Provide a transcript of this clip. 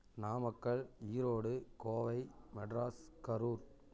Namakkal Erode Kovai Madras Karur